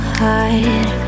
hide